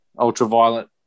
ultraviolet